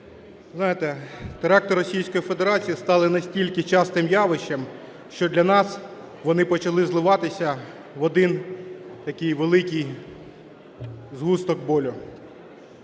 знаєте, теракти Російської Федерації стали настільки частим явищем, що для нас вони почали зливатися в один такий великий згусток болю.